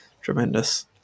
tremendous